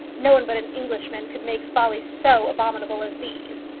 no one but an englishman could make follies so abominable as these.